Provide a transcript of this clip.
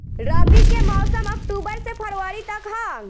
रबी के मौसम अक्टूबर से फ़रवरी तक ह